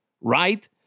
right